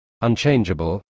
unchangeable